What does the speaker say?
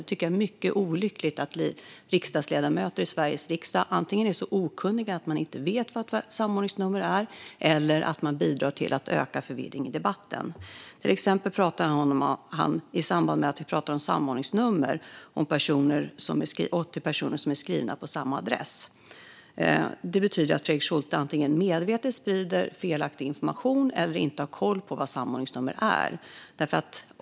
Det är mycket olyckligt att riksdagsledamöter i Sveriges riksdag antingen är så okunniga att de inte vet vad ett samordningsnummer är eller att de bidrar till att öka förvirringen i debatten. I samband med att vi talar om samordningsnummer talar han om att 80 personer är skrivna på samma adress. Det betyder att Fredrik Schulte antingen medvetet sprider felaktig information eller inte har koll på vad samordningsnummer är.